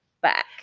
back